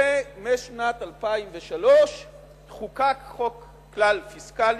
ובשנת 2003 חוקק חוק כלל פיסקלי,